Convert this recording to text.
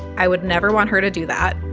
i would never want her to do that.